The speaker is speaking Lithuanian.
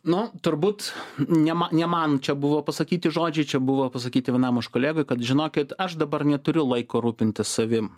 nu turbūt ne ma ne man čia buvo pasakyti žodžiai čia buvo pasakyti vienam iš kolegų kad žinokit aš dabar neturiu laiko rūpintis savim